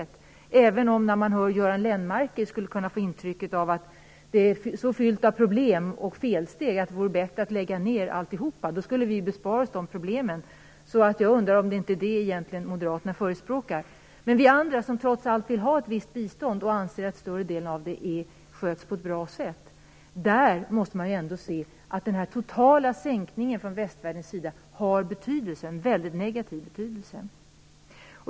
Men när man hör Göran Lennmarker skulle man kunna få intrycket av att det är så fyllt av problem och felsteg att det vore bättre att lägga ned alltihop. Då skulle vi bespara oss de problemen. Jag undrar om det inte är det som Moderaterna egentligen förespråkar. Men vi andra som trots allt vill ha ett visst bistånd och som anser att större delen av det sköts på ett bra sätt måste kunna se att den totala sänkningen från västvärldens sida har en väldigt negativ betydelse.